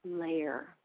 layer